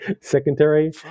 Secondary